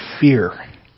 fear